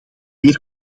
meer